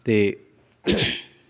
ਅਤੇ